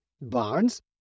Barnes